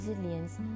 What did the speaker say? resilience